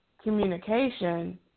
communication